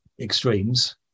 extremes